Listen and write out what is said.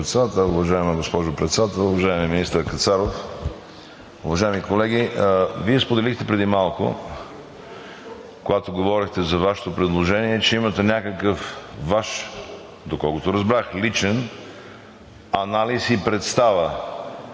Вие, споделихте преди малко, когато говорехте за Вашето предложение, че имате някакъв Ваш, доколкото разбрах, личен анализ и представа